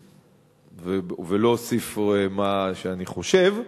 ולא אוסיף מה שאני חושב,